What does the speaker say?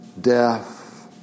deaf